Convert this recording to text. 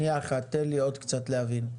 תן לי עוד קצת להבין.